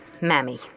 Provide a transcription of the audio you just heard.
Mammy